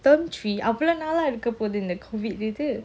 term three அவ்ளோநாலாஇருக்கபோகுதுஇந்த:avlo naalaa iruka poguthu indha COVID இது:idhu